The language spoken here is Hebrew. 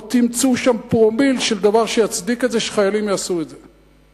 לא תמצאו שם פרומיל של דבר שיצדיק את זה שחיילים יעשו את זה.